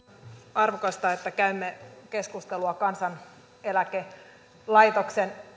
arvokasta että käymme keskustelua kansaneläkelaitoksen